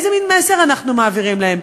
איזה מין מסר אנחנו מעבירים להם?